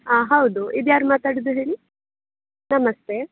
ಹಾಂ ಹೌದು ಇದು ಯಾರು ಮಾತಾಡೋದು ಹೇಳಿ ನಮಸ್ತೆ